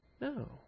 No